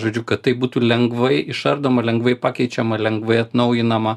žodžiu kad tai būtų lengvai išardoma lengvai pakeičiama lengvai atnaujinama